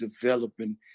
developing